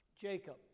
Jacob